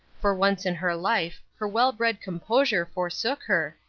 for once in her life her well-bred composure forsook her,